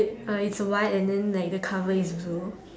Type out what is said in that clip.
uh it's white and then like the cover is blue